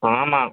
ஆமாம்